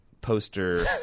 poster